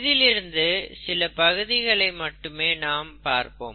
இதிலிருந்து சில பகுதிகளை மட்டுமே நாம் பார்ப்போம்